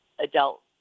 adult